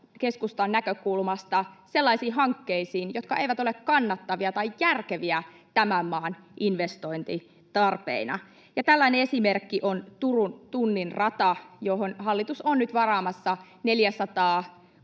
keskustan, näkökulmasta sellaisiin hankkeisiin, jotka eivät ole kannattavia tai järkeviä tämän maan investointitarpeina. Tällainen esimerkki on Turun tunnin rata, johon hallitus on nyt varaamassa 460